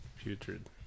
putrid